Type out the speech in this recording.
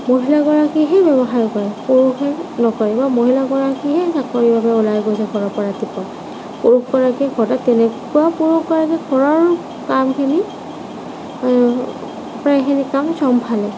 মহিলাগৰকীয়েহে ব্য়ৱসায় কৰে পুৰুষগৰাকীয়ে নকৰে বা মহিলাগৰাকীয়েহে চাকৰিৰ বাবে ওলায় যায় ৰাতিপুৱাই তেনেকুৱাত পুৰুষে সকলোখিনি কাম চম্ভালে